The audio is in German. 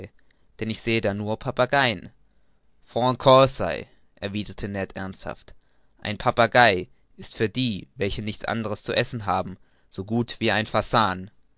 denn ich sehe da nur papageien freund conseil erwiderte ned ernsthaft ein papagei ist für die welche nichts anders zu essen haben so gut wie ein fasan